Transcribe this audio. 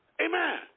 Amen